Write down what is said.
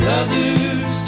others